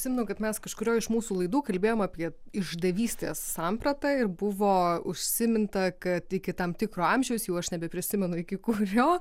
atsimenu kad mes kažkurioj iš mūsų laidų kalbėjom apie išdavystės sampratą ir buvo užsiminta kad iki tam tikro amžiaus jau aš nebeprisimenu iki kurio